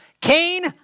Cain